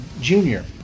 junior